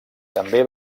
també